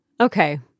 Okay